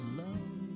love